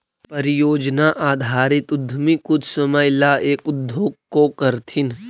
परियोजना आधारित उद्यमी कुछ समय ला एक उद्योग को करथीन